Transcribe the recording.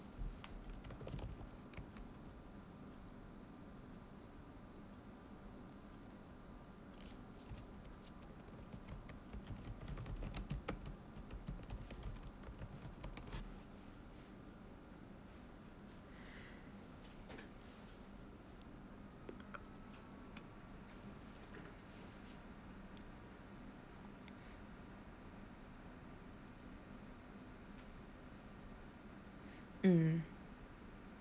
mm